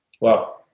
Wow